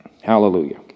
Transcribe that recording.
Hallelujah